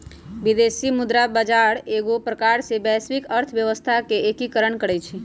विदेशी मुद्रा बजार एगो प्रकार से वैश्विक अर्थव्यवस्था के एकीकरण करइ छै